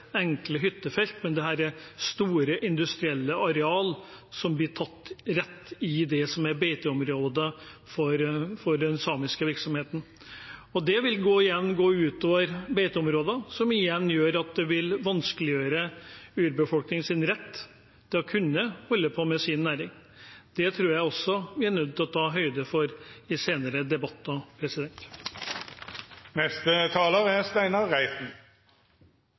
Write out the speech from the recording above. enkle hyttefelt, men dette er store industrielle arealer som blir tatt – rett i det som er beiteområdene for den samiske virksomheten. Det vil igjen gå ut over beiteområdene, som igjen vil vanskeliggjøre urbefolkningens rett til å kunne holde på med sin næring. Det tror jeg også vi er nødt til å ta høyde for i senere debatter. I Kristelig Folkeparti registrerer vi med tilfredshet at det er